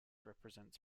represents